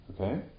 Okay